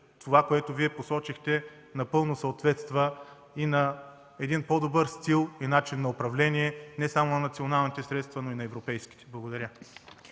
това, което Вие посочихте, напълно съответства на един по-добър стил и начин на управление не само на националните, но и на европейските средства. Благодаря.